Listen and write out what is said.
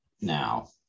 now